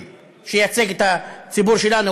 אותו,) שאנחנו רוצים שייצג את הציבור שלנו,